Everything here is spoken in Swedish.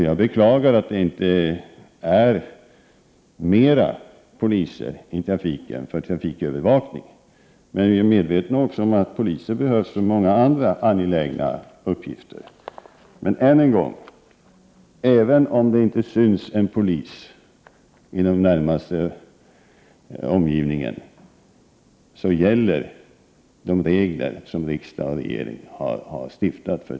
Jag beklagar att inte fler poliser finns i trafiken för trafikövervakning, men vi är medvetna om att poliser behövs för många andra angelägna uppgifter. Jag vill än en gång säga att även om man inte ser någon polis i den närmaste omgivningen, gäller de regler för trafiken som riksdag och regering har beslutat om.